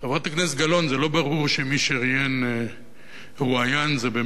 זה לא ברור שמי שרואיין באמת היה אהוד ברק.